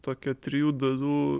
tokią trijų dalių